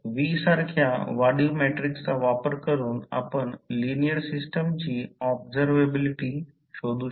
तर V सारख्या वाढीव मॅट्रिक्सचा वापर करून आपण लिनिअर सिस्टमची ऑब्झरव्हेबिलिटी शोधू शकतो